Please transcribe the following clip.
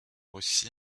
aussi